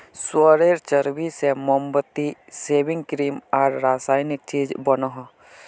सुअरेर चर्बी से मोमबत्ती, सेविंग क्रीम आर रासायनिक चीज़ बनोह